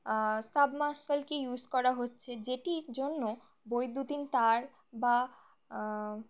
সাবমারশালকে use করা হচ্ছে যেটির জন্য বৈদ্যুতিন তার বা